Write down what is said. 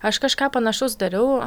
aš kažką panašaus dariau